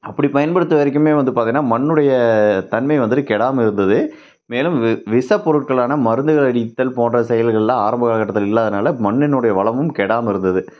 அப்படி பயன்படுத்திய வரைக்கும் வந்து பார்த்திங்கன்னா மண்ணுடைய தன்மை வந்துட்டு கெடாமல் இருந்தது மேலும் விஷப் பொருட்களான மருந்துகள் அடித்தல் போன்ற செயல்கள்லாம் ஆரம்ப காலகட்டத்தில் இல்லாததனால மண்ணினுடைய வளமும் கெடாமல் இருந்தது